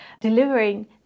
delivering